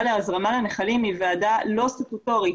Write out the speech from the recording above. להזרמה לנחלים היא ועדה לא סטטוטורית,